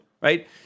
right